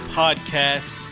podcast